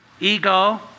Ego